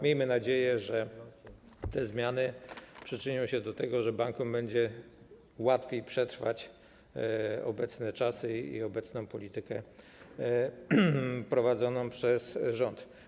Miejmy nadzieję, że te zmiany przyczynią się do tego, że bankom będzie łatwiej przetrwać obecne czasy i obecną politykę prowadzoną przez rząd.